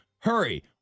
Hurry